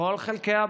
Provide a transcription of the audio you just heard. לכל חלקי הבית,